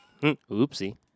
Oopsie